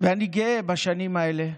ואני גאה בשנים האלה,